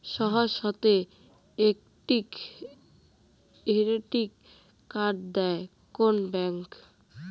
সহজ শর্তে credit card দেয় কোন ব্যাংক?